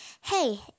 Hey